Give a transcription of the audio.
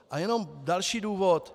A jenom další důvod.